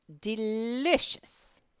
delicious